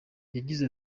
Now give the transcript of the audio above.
yagize